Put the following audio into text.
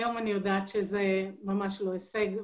היום אני יודעת שזה ממש לא השג,